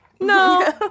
No